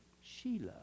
Sheila